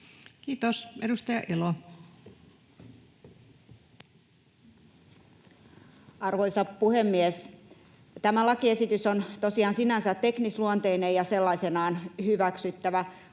16:12 Content: Arvoisa puhemies! Tämä lakiesitys on tosiaan sinänsä teknisluonteinen ja sellaisenaan hyväksyttävä.